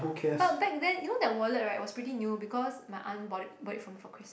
but back then you know that wallet right it was pretty new because my aunt brought it brought it for me for Christmas